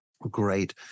great